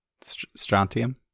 Strontium